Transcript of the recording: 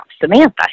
Samantha